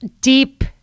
deep